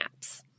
apps